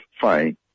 fine